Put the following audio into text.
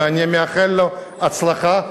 ואני מאחל לו הצלחה,